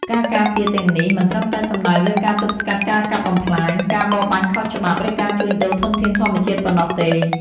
ការការពារទាំងនេះ មិនត្រឹមតែសំដៅលើការទប់ស្កាត់ការកាប់បំផ្លាញ ការបរបាញ់ខុសច្បាប់ ឬការជួញដូរធនធានធម្មជាតិប៉ុណ្ណោះទេ។